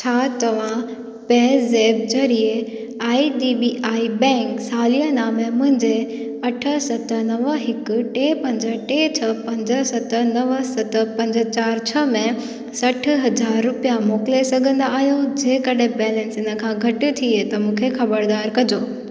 छा तव्हां पे ज़ेप्प ज़रिए I D B I bank सालियाना में मुंहिंजे अठ सत नवं हिकु टे पंज टे छ्ह पंज सत नवं सत पंज चार छ्ह में सठु हज़ार रुपिया मोकिले सघंदा आहियो जेकॾहिं बैलेंस इन खां घटि थिए त मूंखे ख़बरदारु कजो